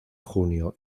junio